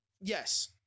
Yes